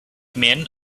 men